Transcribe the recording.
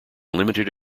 limited